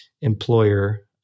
employer